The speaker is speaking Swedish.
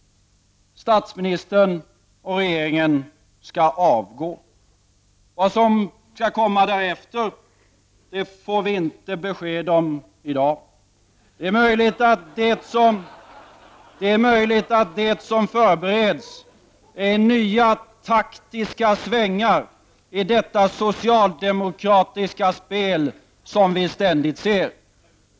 Statsministern och regeringen skall avgå. Vad som skall komma därefter får vi inte besked om i dag. Det är möjligt att det som förbereds är nya taktiska svängar i detta socialdemokratiska spel som vi ständigt ser.